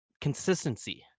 consistency